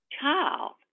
child